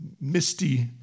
misty